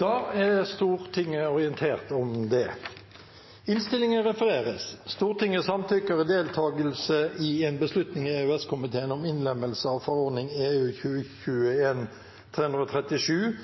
Da er Stortinget orientert om det. Komiteen hadde innstilt til Stortinget å gjøre følgende Det voteres over lovens overskrift og loven i sin helhet. Lovvedtaket vil bli satt opp til andre gangs behandling i